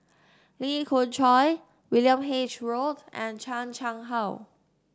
Lee Khoon Choy William H Road and Chan Chang How